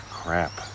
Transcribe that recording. crap